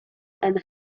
and